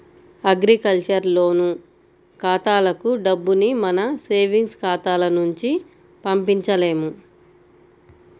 agriculture loan ఖాతాలకు డబ్బుని మన సేవింగ్స్ ఖాతాల నుంచి పంపించలేము